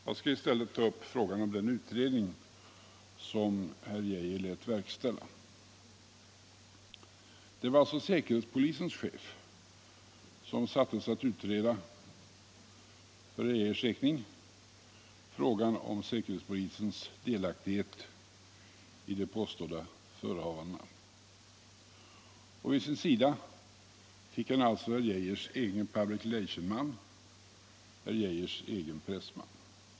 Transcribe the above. Jag skall i stället ta upp frågan om den utredning som herr Geijer lät verkställa. Det var alltså säkerhetspolisens chef som för herr Geijers räkning sattes att utreda frågan om säkerhetspolisens delaktighet i de påstådda förehavandena. Vid sin sida fick han herr Geijers egen publicrelationman, herr Geijers egen pressman.